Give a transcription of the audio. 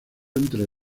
entre